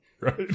right